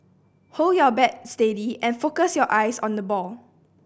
hold your bat steady and focus your eyes on the ball